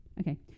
okay